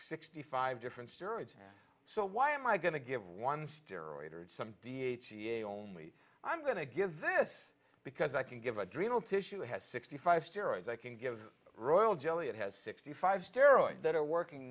sixty five different steroids so why am i going to give one steroid and some only i'm going to give this because i can give adrenal tissue has sixty five steroids i can give royal jelly it has sixty five steroids that are working